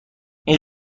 این